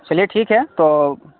چلیے ٹھیک ہے تو